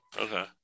Okay